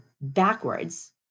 backwards